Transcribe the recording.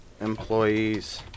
employees